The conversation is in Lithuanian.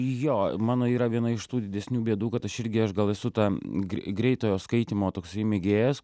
jo mano yra viena iš tų didesnių bėdų kad aš irgi aš gal esu ta grei greitojo skaitymo toksai mėgėjas